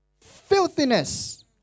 Filthiness